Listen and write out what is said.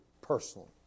personally